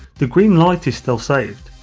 the green light is still saved,